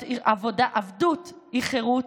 עבדות היא חירות,